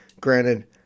Granted